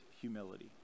humility